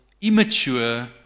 immature